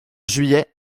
juillet